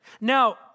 Now